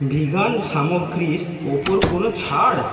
vegan সামগ্রীর ওপর কোনও ছাড়